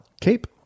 cape